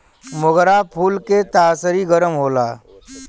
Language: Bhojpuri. मोगरा फूल के तासीर गरम होला